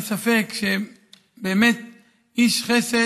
אין ספק שבאמת הוא היה איש חסד,